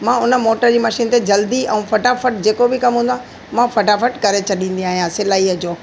मां उन मोटर जी मशीन ते जल्दी ऐं फटाफट जेको बि कमु हुंदो आहे मां उहो फटाफट करे छॾंदी आहियां सिलाई जो